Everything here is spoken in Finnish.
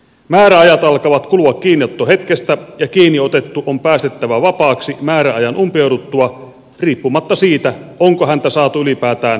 määräajat alkavat kulua kiinniottohetkestä ja kiinni otettu on päästettävä vapaaksi määräajan umpeuduttua riippumatta siitä onko häntä saatu ylipäätään kuulusteltua